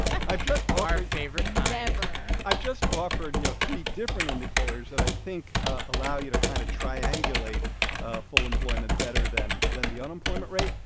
i've just offered. our favorite kind never i've just offered you know three different indicators that i think ah allow you to kind of triangulate ah full employment better than than the unemployment rate.